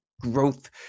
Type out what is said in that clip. growth